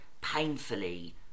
painfully